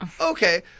Okay